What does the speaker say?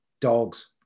dogs